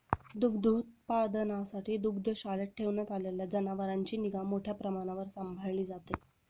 दुग्धोत्पादनासाठी दुग्धशाळेत ठेवण्यात आलेल्या जनावरांची निगा मोठ्या प्रमाणावर सांभाळली जाते